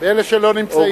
באלה שלא נמצאים.